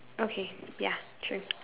okay ya true